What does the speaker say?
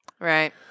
Right